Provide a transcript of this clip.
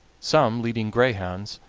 some leading greyhounds,